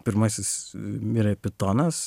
pirmasis mirė pitonas